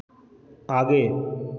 आगे